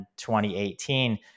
2018